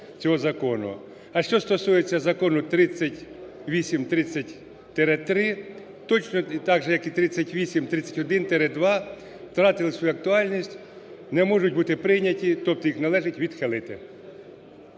А, що стосується закону 3830-3 точно также як 3831-2 втратили свою актуальність, не можуть бути прийняті, тобто їх належить відхилити.